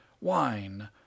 Wine